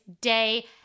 day